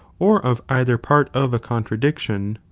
or of either part of a contradiction,